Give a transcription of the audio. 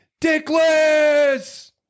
Dickless